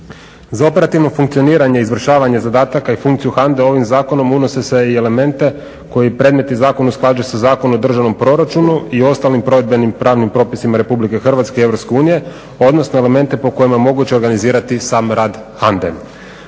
Za operativno funkcioniranje i izvršavanje zadataka i funkciju HANDA-e ovim zakonom unose se i elementi koji predmetni zakon usklađuje sa Zakonom o državnom proračunu i ostalim provedbenim pravnim propisima RH i EU odnosno elemente po kojima je moguće organizirati sam rade